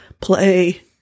play